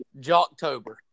Jocktober